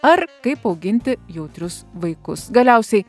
ar kaip auginti jautrius vaikus galiausiai